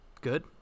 Good